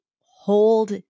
hold